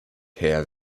herr